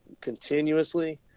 continuously